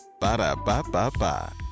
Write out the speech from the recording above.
Ba-da-ba-ba-ba